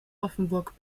offenburg